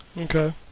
Okay